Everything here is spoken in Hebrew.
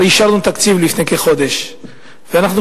הרי